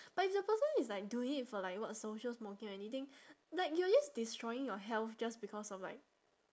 but if the person is like doing it for like what social smoking or anything like you are just destroying your health just because of like